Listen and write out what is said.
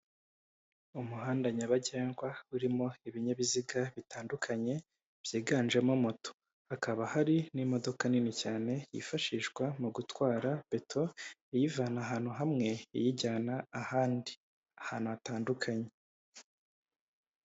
Umuhanda nyabagendwa, urimo ibinyabiziga bitandukanye byiganjemo moto. Hakaba hari n'imodoka nini cyane, yifashishwa mu gutwara beto, iyivana ahantu hamwe iyijyana ahandi hantu hatandukanye.